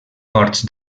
corts